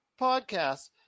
podcast